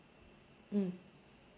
mm